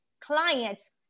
clients